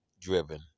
driven